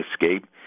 escape